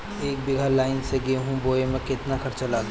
एक बीगहा लाईन से गेहूं बोआई में केतना खर्चा लागी?